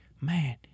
man